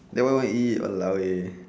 then what you want to eat !walao! eh